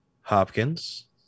Hopkins